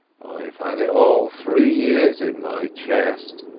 i've had it all three years in my chest,